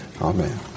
Amen